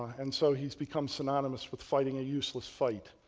and so, he has become synonymous with fighting a useless fight.